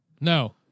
No